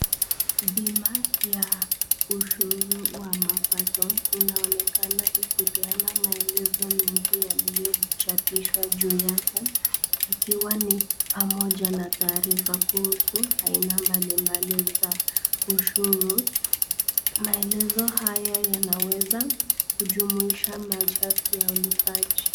Bima ya ushuru wa mapato inaonekana ikipeana maelezo mengi yaliyochapishwa juu yake ikiwa ni pamoja na taarifa kuhusu aina mbalimbali za ushuru, maelezo hayo yanaweza kujumuisha masharti ya ulipaji.